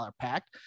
pact